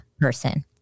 person